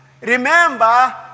Remember